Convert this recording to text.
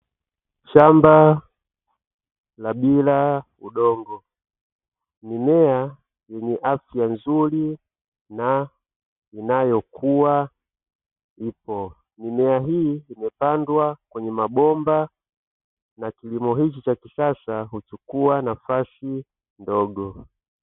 Shamba la bila udongo, mimea yenye afya nzuri na inayokuwa ipo. Mimea hii imepandwa kwenye mabomba na kilimo hichi cha kisasa, huchukua nafasi ndogo.